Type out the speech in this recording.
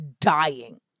dying